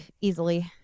easily